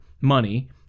money